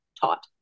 taught